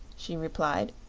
she replied,